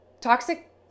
Toxic